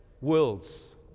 worlds